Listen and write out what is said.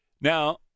Now